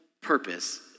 purpose